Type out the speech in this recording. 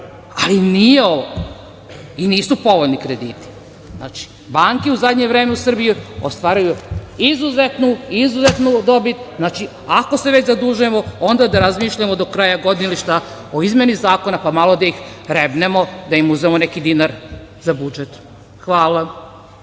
ali nije ovo, i nisu povoljni krediti. Banke u zadnje vreme u Srbiji ostvaruju izuzetnu, izuzetnu dobit. Znači, ako se već zadužujemo, onda da razmišljamo do kraja godine o izmeni zakona, pa malo da ih rebnemo, da im uzmemo neki dinar za budžet. Hvala.